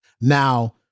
Now